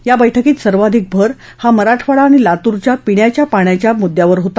या बैठकीत सर्वाधिक भर हा मराठवाडा आणि लातूरच्या पिण्याच्या पाण्याच्या मुद्यावर होता